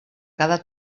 cada